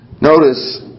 Notice